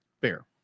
Fair